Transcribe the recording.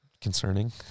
concerning